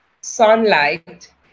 sunlight